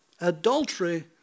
Adultery